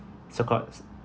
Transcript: so-called